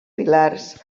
pilars